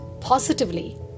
positively